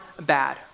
bad